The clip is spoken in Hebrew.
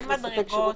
אין מדרגות,